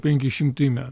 penki šimtai me